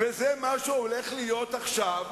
ובפרק הבא,